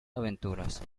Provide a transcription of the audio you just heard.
aventuras